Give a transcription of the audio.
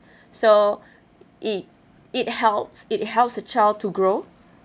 so it it helps it helps a child to grow